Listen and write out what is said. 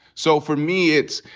so for me, it's,